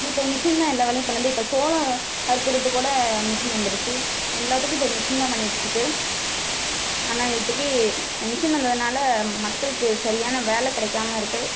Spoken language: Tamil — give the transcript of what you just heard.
இப்போ மிஷின் தான் எல்லா வேலையும் பண்ணுது இப்போ சோளம் அறுக்குறதுக்கு கூட மிஷின் வந்துடுச்சு எல்லாத்துக்கும் இப்ப மிஷின் தான் பண்ணிட்டுருக்கு ஆனால் இப்போக்கி மிஷின் வந்ததினால மக்களுக்கு சரியான வேலை கிடைக்காம இருக்குது